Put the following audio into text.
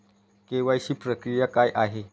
KYC प्रक्रिया काय आहे?